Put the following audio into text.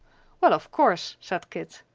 well, of course, said kit,